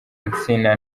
insina